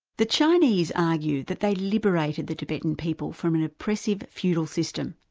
the chinese argued that they'd liberated the tibetan people from an oppressive, feudal system.